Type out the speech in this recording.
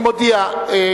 אני מודיע,